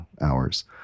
hours